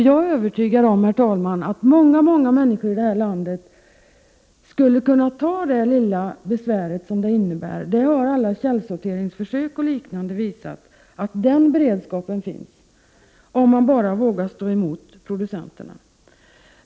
Jag är övertygad om, herr talman, att många människor här i landet skulle kunna underkasta sig det lilla besvär som det innebär — alla källsorteringsförsök och liknande har visat att det finns en beredskap för det —, om man bara vågar stå emot producenterna.